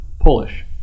Polish